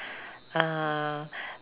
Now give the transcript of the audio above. err